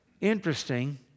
interesting